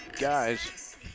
guys